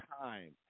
time